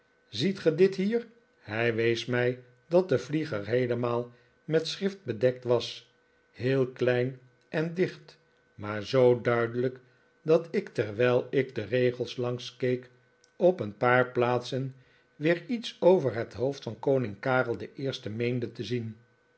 ziet ge dit hier hij wees mij dat de vlieger heelemaal met schrift bedekt was heel klein en dicht maar zoo duidelijk dat ik terwijl ik de regels langs keek op een paar plaatsen weer iets over het hoofd van koning karel den eerste meende te zien